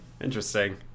Interesting